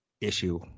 issue